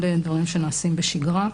אלה דברים שנעשים בשגרה.